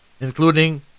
including